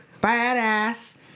Badass